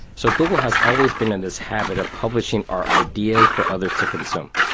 so google has always been in this habit of publishing our ideas for others to consume.